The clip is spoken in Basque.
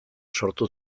sortu